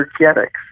energetics